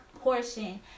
portion